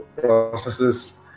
processes